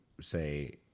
say